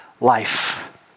life